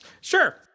Sure